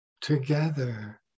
together